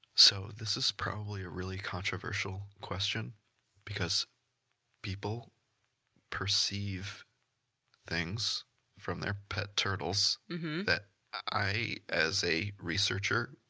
so, this is probably a really controversial question because people perceive things from their pet turtles that i, as a researcher,